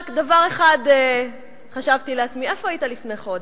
רק דבר אחד חשבתי לעצמי: איפה היית לפני חודש?